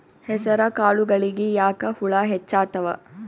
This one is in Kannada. ಹೆಸರ ಕಾಳುಗಳಿಗಿ ಯಾಕ ಹುಳ ಹೆಚ್ಚಾತವ?